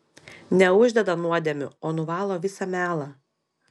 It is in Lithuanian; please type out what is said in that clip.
neuždeda nuodėmių o nuvalo visą melą